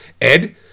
Ed